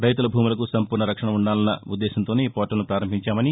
రైతుల భూములకు సంపూర్ణ రక్షణ ఉండాలన్న ఉద్దేశంతోనే ఈ పోర్టల్ను ప్రారంభించామని